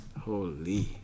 Holy